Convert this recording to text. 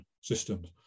systems